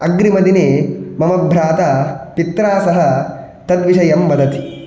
अग्रिमदिने मम भ्राता पित्रा सः तद्विषयं वदति